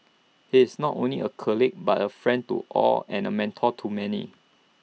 he is not only A colleague but A friend to all and A mentor to many